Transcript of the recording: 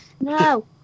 No